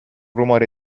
rumore